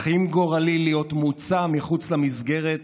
אך אם גורלי להיות מוצא מחוץ למסגרת,